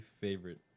favorite